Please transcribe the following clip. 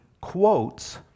quotes